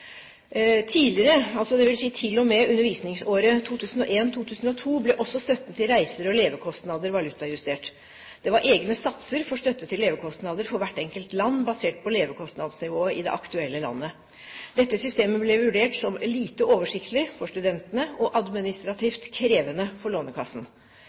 Tidligere, dvs. til og med undervisningsåret 2001–2002, ble også støtten til reiser og levekostnader valutajustert. Det var egne satser for støtte til levekostnader for hvert enkelt land basert på levekostnadsnivået i det aktuelle landet. Dette systemet ble vurdert som lite oversiktlig for studentene og administrativt krevende for Lånekassen.